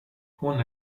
hon